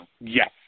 Yes